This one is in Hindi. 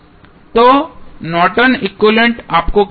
तो नॉर्टन एक्विवैलेन्ट Nortons equivalent आपको क्या मिलेगा